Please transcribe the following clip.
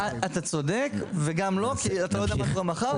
אתה צודק, וגם לא כי אתה לא יודע מה יקרה מחר.